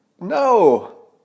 No